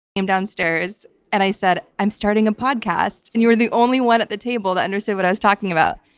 came downstairs and i said, i'm starting a podcast, and you were the only one at the table that understood what i was talking about?